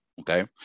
Okay